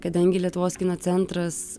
kadangi lietuvos kino centras